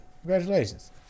Congratulations